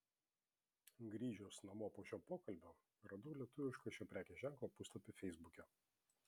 grįžęs namo po šio pokalbio radau lietuvišką šio prekės ženklo puslapį feisbuke